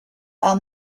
are